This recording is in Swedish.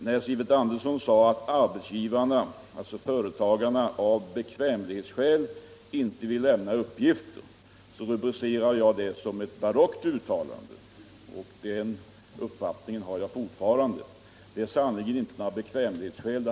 När Sivert Andersson sade att företagarna av bekvämlighetsskäl inte vill lämna uppgifter, betecknade jag det som ett barockt uttalande. Den uppfattningen har jag fortfarande. Det handlar här sannerligen inte om bekvämlighetsskäl.